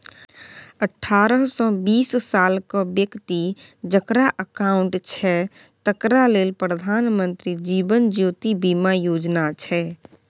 अठारहसँ बीस सालक बेकती जकरा अकाउंट छै तकरा लेल प्रधानमंत्री जीबन ज्योती बीमा योजना छै